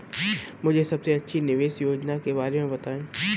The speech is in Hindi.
मुझे सबसे अच्छी निवेश योजना के बारे में बताएँ?